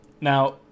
now